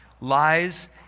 lies